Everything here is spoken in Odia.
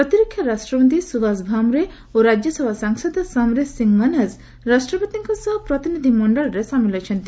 ପ୍ରତିରକ୍ଷା ରାଷ୍ଟ୍ରମନ୍ତ୍ରୀ ସୁଭାଷ ଭାମ୍ରେ ଓ ରାଜ୍ୟସଭା ସାଂସଦ ସମ୍ଶେର୍ ସିଂ ମନ୍ହସ୍ ରାଷ୍ଟ୍ରପତିଙ୍କ ସହ ପ୍ରତିନିଧି ମଣ୍ଡଳରେ ସାମିଲ୍ ଅଛନ୍ତି